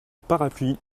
parapluie